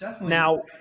Now